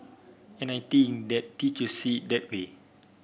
and I think their teacher see that way